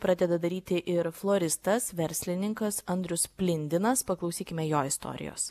pradeda daryti ir floritas verslininkas andrius plindinas paklausykime jo istorijos